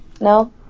no